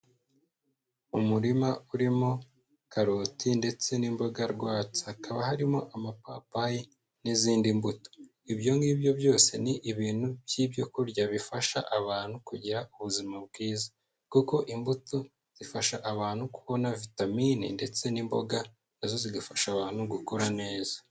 Umurima urimo karoti ndetse n'imboga rwatsi, hakaba harimo amapapayi n'izindi mbuto. Ibyo ngibyo byose ni ibintu by'ibyo kurya bifasha abantu kugira ubuzima bwiza kuko imbuto zifasha abantu kubona vitamine ndetse n'imboga na zo zigafasha abantu gukura neza.